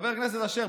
חבר הכנסת אשר.